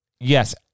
Yes